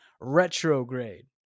retrograde